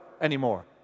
anymore